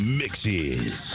mixes